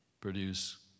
produce